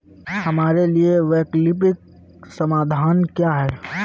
हमारे लिए वैकल्पिक समाधान क्या है?